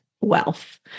wealth